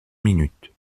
minutes